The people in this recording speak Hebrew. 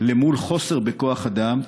למול חוסר בכוח אדם,